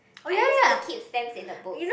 I used to keep stamps in a book